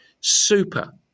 Super